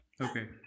Okay